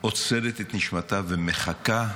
עוצרת את נשימתה ומחכה,